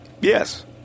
Yes